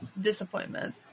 disappointment